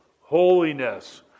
Holiness